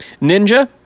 ninja